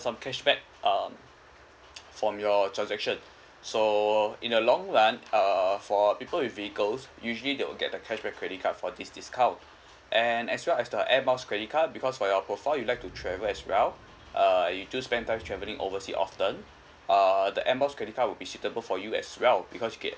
some cashback uh form your transaction so in the long run uh for people with vehicles usually they will get the cashback credit card for this discount and as well as the air miles credit card because for your profile you like to travel as well uh you do spend time travelling overseas often uh the air miles credit card will be suitable for you as well because you can